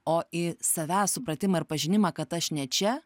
o į savęs supratimą ir pažinimą kad aš ne čia